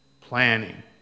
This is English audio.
planning